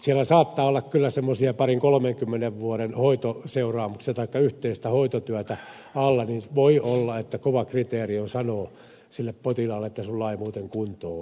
siellä saattaa olla kyllä semmoista parinkolmenkymmenen vuoden yhteistä hoitotyötä alla ja voi olla että kova kriteeri on sanoa sille potilaalle että sinulla ei muuten kuntoa ole